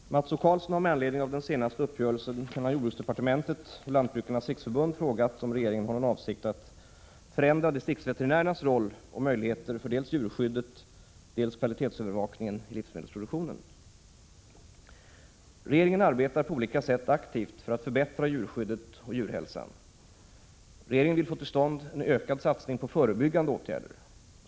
Herr talman! Mats O Karlsson har med anledning av den senaste uppgörelsen mellan jordbruksdepartementet och Lantbrukarnas riksförbund frågat om regeringen har någon avsikt att förändra distriktsveterinärernas roll och möjligheter för dels djurskyddet, dels kvalitetsövervakningen i livsmedelsproduktionen. Regeringen arbetar på olika sätt aktivt för att förbättra djurskyddet och djurhälsan. Regeringen vill få till stånd en ökad satsning på förebyggande åtgärder.